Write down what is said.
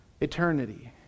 eternity